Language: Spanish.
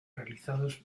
realizados